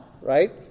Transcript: right